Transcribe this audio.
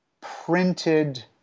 printed